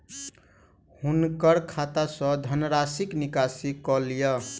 हुनकर खाता सॅ धनराशिक निकासी कय लिअ